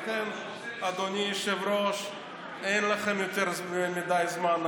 לכן, אדוני היושב-ראש, אין לכם יותר מדי זמן.